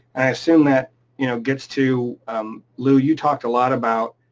i assume that you know gets to lou, you talked a lot about